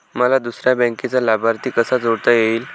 मला दुसऱ्या बँकेचा लाभार्थी कसा जोडता येईल?